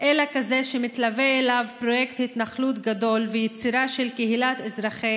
אלא כזה שמתלווה אליו פרויקט התנחלות גדול ויצירה של קהילת אזרחי